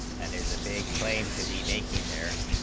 hat is a big claim to be making their